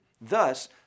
Thus